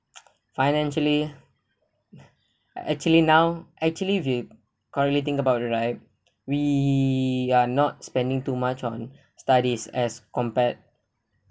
financially actually now actually we currently think about it right we are not spending too much on studies as compared